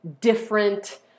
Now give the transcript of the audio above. different